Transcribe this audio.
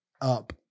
up